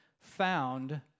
found